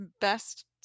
best